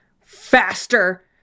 faster